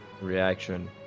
Reaction